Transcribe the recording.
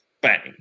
bang